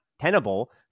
tenable